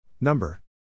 Number